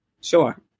Sure